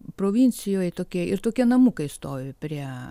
provincijoj tokie ir tokie namukai stovi prie